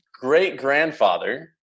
great-grandfather